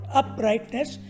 uprightness